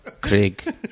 Craig